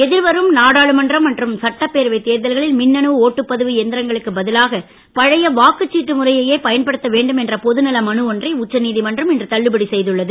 எதிர்வரும் நாடாளுமன்றம் மற்றும் சட்ட பேரவைத் தேர்தல்களில் மின்னணு ஒட்டுப்பதிவு எந்திரங்களுக்கு பதிலாக பழைய வாக்குச்சிட்டு முறையையே பயன்படுத்த வேண்டும் என்ற பொதுநல மனு ஒன்றை உச்சநீதிமன்றம் இன்று தள்ளுபடி செய்துள்ளது